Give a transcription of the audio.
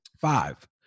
Five